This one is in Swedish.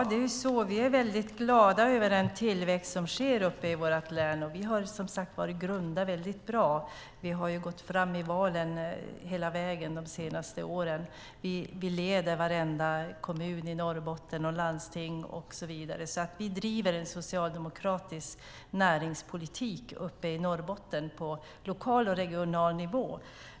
Fru talman! Vi är väldigt glada över den tillväxt som sker i vårt län. Det har som sagt i grunden gått väldigt bra. Vi har gått fram i valen hela vägen de senaste åren. Vi leder i varenda kommun i Norrbotten och i landstingen. Vi driver en socialdemokratisk näringspolitik i Norrbotten på lokal och regional nivå.